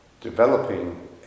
developing